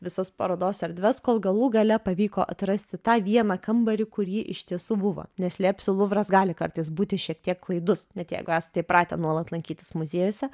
visas parodos erdves kol galų gale pavyko atrasti tą vieną kambarį kur ji iš tiesų buvo neslėpsiu luvras gali kartais būti šiek tiek klaidus net jeigu esate įpratę nuolat lankytis muziejuose